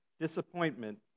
Disappointment